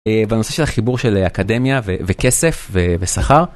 בנושא של החיבור של אקדמיה וכסף ושכר.